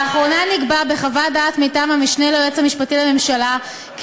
לאחרונה נקבע בחוות דעת מטעם המשנה ליועץ המשפטי לממשלה כי